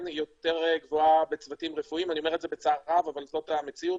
בצער רב אבל זאת המציאות.